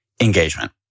engagement